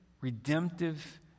redemptive